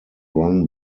run